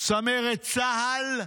צמרת צה"ל,